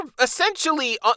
essentially